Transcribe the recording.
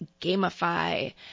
gamify